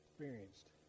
experienced